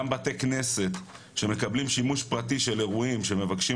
גם בתי כנסת שמקבלים שימוש פרטי של אירועים שמבקשים